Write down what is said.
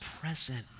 present